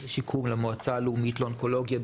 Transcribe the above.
לשיקום למועצה הלאומית לאונקולוגיה,